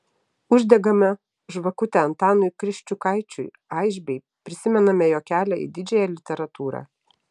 uždegame žvakutę antanui kriščiukaičiui aišbei prisimename jo kelią į didžiąją literatūrą